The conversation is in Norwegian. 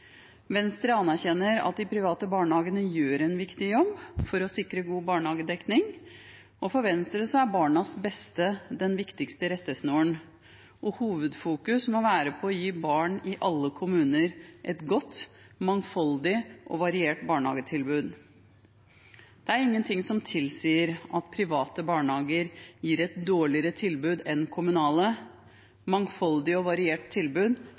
Venstre anerkjenner at de private barnehagene gjør en viktig jobb for å sikre god barnehagedekning. For Venstre er barnas beste den viktigste rettesnoren, og hovedfokus må være på å gi barn i alle kommuner et godt, mangfoldig og variert barnehagetilbud. Det er ingenting som tilsier at private barnehager gir et dårligere tilbud enn kommunale. Et mangfoldig og variert tilbud